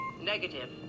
Negative